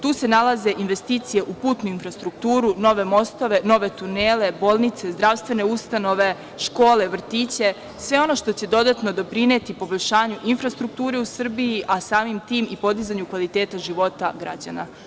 Tu se nalaze investicije u putnu infrastrukturu, nove mostove, nove tunele, bolnice, zdravstvene ustanove, škole, vrtiće, sve ono što će dodatno doprineti poboljšanju infrastrukture u Srbiji, a samim tim i podizanju kvaliteta života građana.